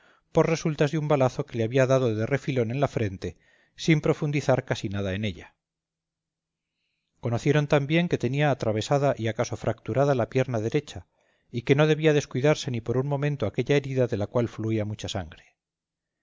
por resultas de un balazo que le había dado de refilón en la frente sin profundizar casi nada en ella conocieron también que tenía atravesada y acaso fracturada la pierna derecha y que no debía descuidarse ni por un momento aquella herida de la cual fluía mucha sangre